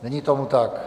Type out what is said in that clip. Není tomu tak.